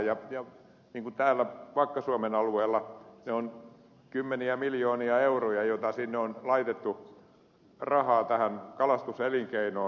ja niin kuin täällä vakka suomen alueella ne on kymmeniä miljoonia euroja joita sinne on laitettu rahaa tähän kalastuselinkeinoon